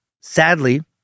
sadly